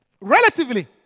Relatively